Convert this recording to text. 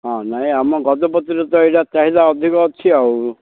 ହଁ ନାଇଁ ଆମ ଗଜପତିରେ ତ ଏଇଟା ଚାହିଦା ଅଧିକ ଅଛି ଆଉ